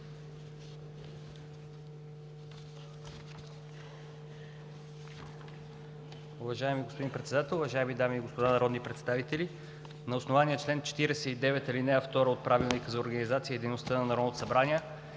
Уважаеми господин Председател, уважаеми дами и господа народни представители! На основание чл. 49, ал. 2 от Правилника за организацията и дейността на Народното събрание